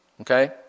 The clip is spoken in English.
Okay